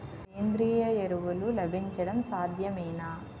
సేంద్రీయ ఎరువులు లభించడం సాధ్యమేనా?